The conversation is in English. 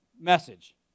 message